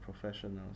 professionals